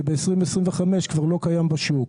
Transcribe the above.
שב-2025 כבר לא קיים בשוק.